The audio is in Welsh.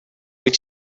wyt